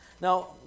Now